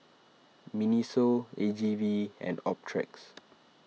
Miniso A G V and Optrex